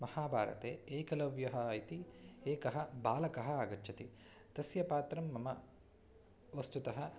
महाभारते एकलव्यः इति एकः बालकः आगच्छति तस्य पात्रं मम वस्तुतः